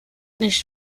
nicht